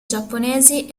giapponesi